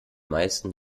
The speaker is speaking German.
meisten